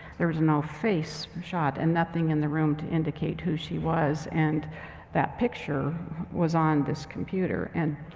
there was no face shot and nothing in the room to indicate who she was. and that picture was on this computer. and,